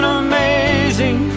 amazing